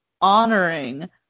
honoring